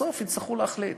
בסוף יצטרכו להחליט.